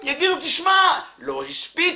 לא,